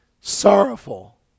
sorrowful